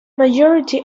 majority